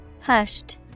Hushed